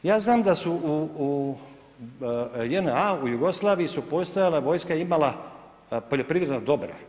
Ja znam da su u JNA u Jugoslaviji su postojala vojska je imala poljoprivredna dobra.